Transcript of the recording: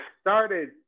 started